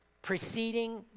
preceding